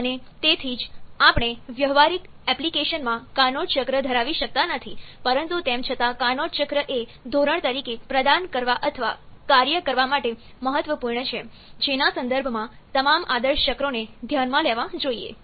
અને તેથી જ આપણે વ્યવહારિક એપ્લિકેશનમાં કાર્નોટ ચક્ર ધરાવી શકતા નથી પરંતુ તેમ છતાં કાર્નોટ ચક્ર એ ધોરણ તરીકે પ્રદાન કરવા અથવા કાર્ય કરવા માટે મહત્વપૂર્ણ છે જેના સંદર્ભમાં તમામ આદર્શ ચક્રોને ધ્યાનમાં લેવા જોઈએ